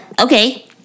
Okay